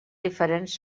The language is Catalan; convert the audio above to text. diferents